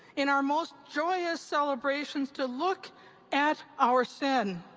in our most joyous celebrations to look at our sin.